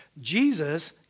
Jesus